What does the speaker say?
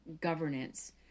governance